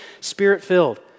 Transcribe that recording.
spirit-filled